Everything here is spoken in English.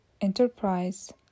enterprise